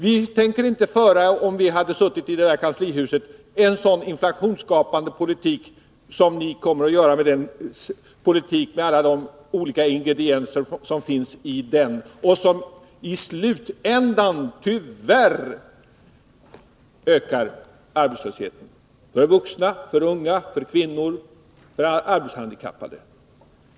Hade vi suttit i kanslihuset hade vi inte fört en så inflationsskapande politik som den ni för — med alla olika ingredienser som finns i den och som i slutänden tyvärr ökar arbetslösheten för vuxna, för unga, för kvinnor, för arbetshandikappade.